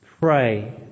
pray